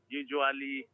usually